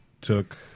took